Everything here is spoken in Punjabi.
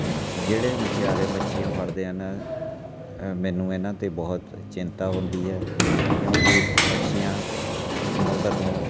ਜਿਹੜੇ ਮਛਿਆਰੇ ਮੱਛੀਆਂ ਫੜਦੇ ਹਨ ਮੈਨੂੰ ਇਹਨਾਂ 'ਤੇ ਬਹੁਤ ਚਿੰਤਾ ਹੁੰਦੀ ਹੈ ਕਿਉਂਕਿ ਮੱਛੀਆਂ ਸਮੁੰਦਰ ਨੂੰ